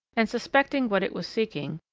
and suspecting what it was seeking,